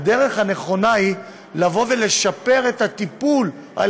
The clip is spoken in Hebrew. הדרך הנכונה היא לבוא ולשפר את הטיפול על